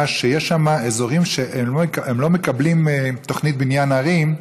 שיש שם אזורים שלא מקבלים תוכנית בניין ערים,